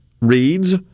reads